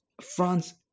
france